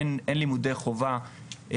אין לימודי חובה,